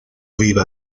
viva